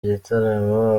gitaramo